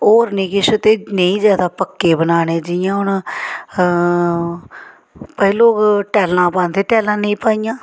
होर नेईं किश ते नेईं ज्यादा पक्के बनाने जि'यां हून पैह्ले लोक टैल्लां पांदे टैल्लां नेईं पाइयां